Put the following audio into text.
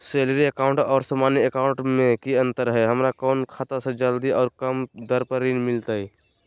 Salary account और सामान्य account मे की अंतर है हमरा कौन खाता से जल्दी और कम दर पर ऋण मिलतय?